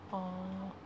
orh